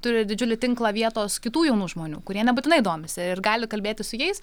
turi didžiulį tinklą vietos kitų jaunų žmonių kurie nebūtinai domisi ir gali kalbėti su jais